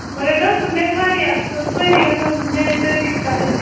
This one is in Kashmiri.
مگر گژھُن گَژھِ واریاہ اصٕل سٲری گژھَن میٛٲنۍ تٲریٖف کرٕنۍ